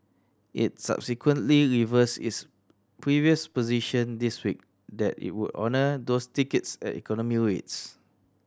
it subsequently reversed its previous position this week that it would honour those tickets at economy rates